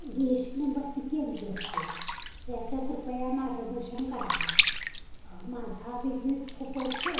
जी S T number किती अंकी असतो याचं कृपया मार्गदर्शन करावे माझा बिझनेस खूपच